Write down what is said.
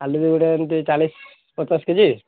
ଆଳୁ ଗୋଟେ ଏମିତି ଚାଳିଶ ପଚାଶ କେ ଜି